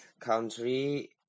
country